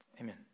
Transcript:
Amen